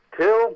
till